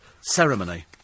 ceremony